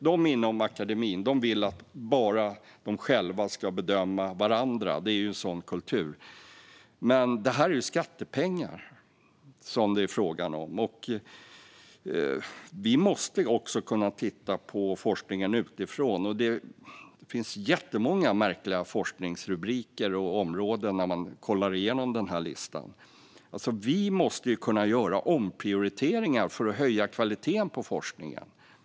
De inom akademin vill att bara de själva ska bedöma varandra - det är ju en sådan kultur. Men här är det ju skattepengar som det är fråga om. Vi måste också kunna titta på forskningen utifrån. Man ser att det finns jättemånga märkliga forskningsrubriker och områden när man kollar igenom listan över utlysningar. Vi måste kunna göra omprioriteringar för att höja kvaliteten på forskningen.